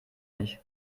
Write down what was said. nicht